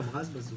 גם רז בזום.